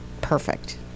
perfect